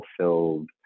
fulfilled